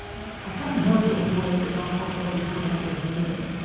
i hadn't heard before that the goncourt brothers were anti-semitic.